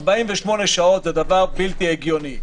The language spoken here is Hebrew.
48 שעות זה דבר בלתי הגיוני.